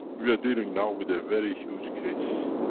we are dealing now with a very huge case,